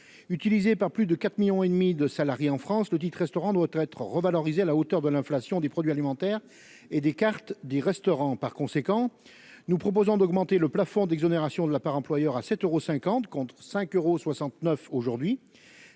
utilisé par plus de 4 millions et demi de salariés en France, le dites restaurant doit être revalorisé à la hauteur de l'inflation des produits alimentaires et des cartes des restaurants, par conséquent, nous proposons d'augmenter le plafond d'exonération de la part employeur à sept euros 50 contre 5 euros 69 aujourd'hui